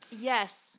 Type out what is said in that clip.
Yes